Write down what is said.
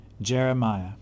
Jeremiah